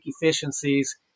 efficiencies